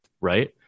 right